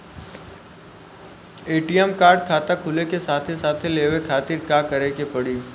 ATM card खाता खुले के साथे साथ लेवे खातिर का करे के पड़ी?